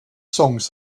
songs